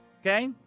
okay